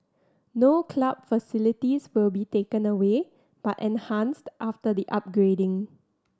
no club facilities will be taken away but enhanced after the upgrading